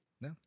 No